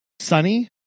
sunny